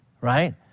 right